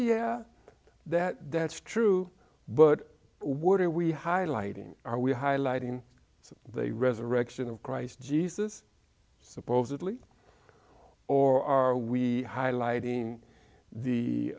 yeah that that's true but what are we highlighting are we highlighting they resurrection of christ jesus supposedly or are we highlight in the